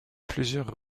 plusieurs